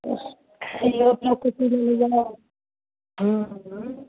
hello केओ किछु नहि मिललै आओर